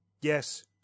Yes